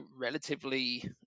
relatively